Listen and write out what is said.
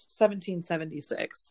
1776